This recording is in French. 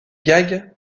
gags